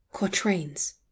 Quatrains